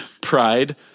pride